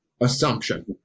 assumption